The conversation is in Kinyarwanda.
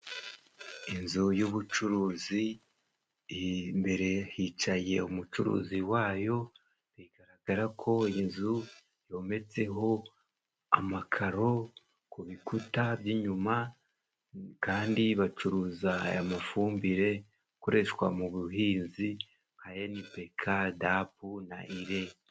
Inzu y'ubucuruzi, imbere hicaye umucuruzi wayo bigaragara ko inzu yometseho amakaro ku bikuta by'inyuma, kandi bacuruza aya mafumbire akoreshwa mu buhinzi nka elibeka, dapu na ile.